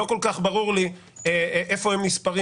לא כל כך ברור לי איפה הם נספרים,